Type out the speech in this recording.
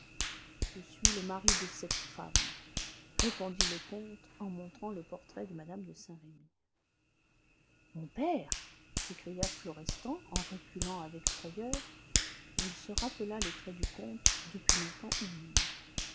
je suis le mari de cette femme répondit le comte en montrant le portrait de mme de saint-remy mon père s'écria florestan en reculant avec frayeur et il se rappela les traits du comte depuis longtemps oubliés